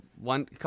one